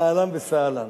אהלן וסהלן.